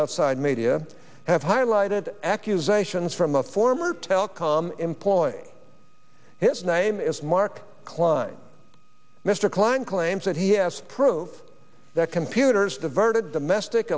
outside media have highlighted accusations from a former telecom employee his name is mark klein mr klein claims that he has proved that computers diverted domestic